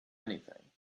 anything